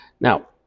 now